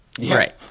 Right